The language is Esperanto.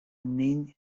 nin